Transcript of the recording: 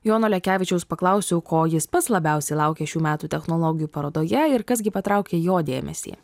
jono lekevičiaus paklausiau ko jis pats labiausia laukė šių metų technologijų parodoje ir kas gi patraukė jo dėmesį